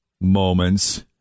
moments